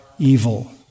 Evil